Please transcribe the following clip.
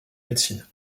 médecine